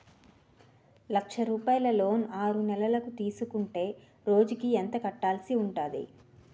లక్ష రూపాయలు లోన్ ఆరునెలల కు తీసుకుంటే రోజుకి ఎంత కట్టాల్సి ఉంటాది?